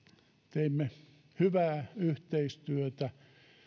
teimme hyvää yhteistyötä